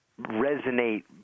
resonate